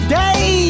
day